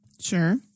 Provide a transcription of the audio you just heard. Sure